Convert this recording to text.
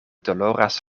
doloras